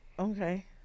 Okay